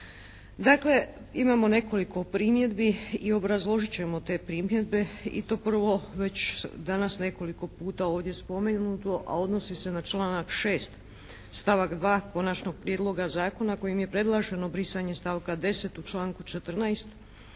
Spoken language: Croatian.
Dakle, imamo nekoliko primjedbi i obrazložit ćemo te primjedbe i to prvo već danas nekoliko puta spomenuto a odnosi se na članak 6. stavak 2. konačnog prijedloga zakona kojim je predloženo brisanje stavka 10. u članku 14.